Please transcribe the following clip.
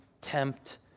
tempt